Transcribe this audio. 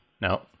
No